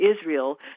Israel